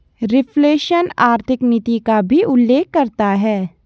reflation आर्थिक नीति का भी उल्लेख करता है